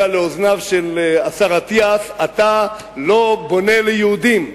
מודיע לאוזניו של השר אטיאס: אתה לא בונה ליהודים.